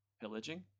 pillaging